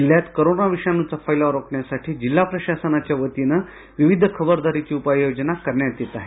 जिल्ह्य़ात corona विषाणूचा फैलाव रोखण्यासाठी जिल्हा प्रशासनाच्या वतीने विविध खबरदारीची उपाययोजना करण्यात येत आहेत